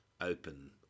open